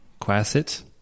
Quasit